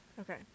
okay